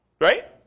Right